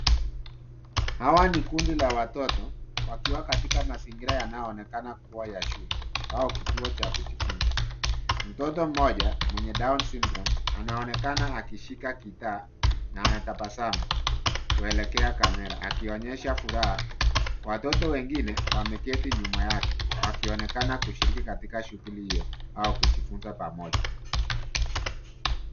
Hawa ni kundi la watoto wakiwa katika mazingira yanayoonekana kuwa ya shule au kituo cha kujifunza. Mtoto mmoja mwenye down syndrome anaonekana akishika gitaa na anatabasamu kuelekea kamera, akionyesha furaha. Watoto wengine wameketi nyuma yake wakionekana kushiriki katika shughuli hiyo au kujifunza pamoja.